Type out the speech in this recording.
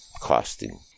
costing